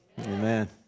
Amen